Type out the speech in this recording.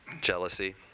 jealousy